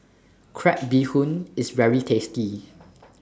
Crab Bee Hoon IS very tasty